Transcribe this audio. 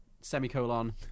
semicolon